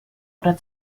oder